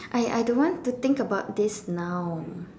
I I don't want to think about this now